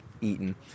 eaten